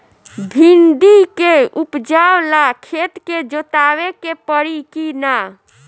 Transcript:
भिंदी के उपजाव ला खेत के जोतावे के परी कि ना?